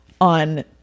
on